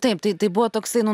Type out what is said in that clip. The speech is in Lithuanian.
taip tai tai buvo toksai nu